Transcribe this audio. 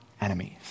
enemies